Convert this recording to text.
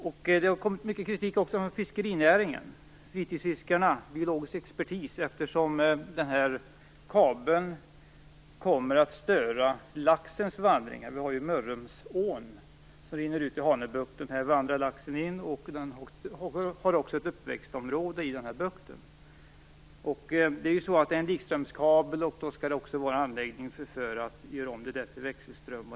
Det har också kommit mycket kritik från fiskerinäringen, fritidsfiskarna och biologisk expertis, eftersom kabeln kommer att störa laxens vandringar. Mörrumsån rinner ut i Hanöbukten. Där vandrar laxen in, och den har också ett uppväxtområde i bukten. Det är en likströmskabel, och då skall det också vara en anläggning för att göra om det till växelström.